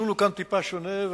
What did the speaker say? המסלול כאן קצת שונה,